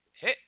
hit